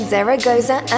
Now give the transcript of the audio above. Zaragoza